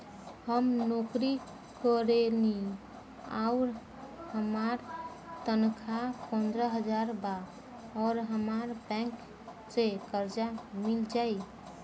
हम नौकरी करेनी आउर हमार तनख़ाह पंद्रह हज़ार बा और हमरा बैंक से कर्जा मिल जायी?